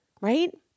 Right